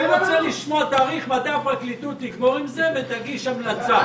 אני רוצה לשמוע תאריך מתי הפרקליטות תגמור עם זה ותגיש המלצה.